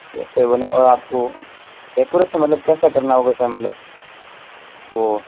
yes sir और आपको decoration मतलब कैसा करना होगा सर मतलब वो